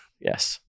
Yes